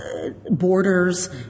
Borders